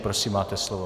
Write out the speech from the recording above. Prosím, máte slovo.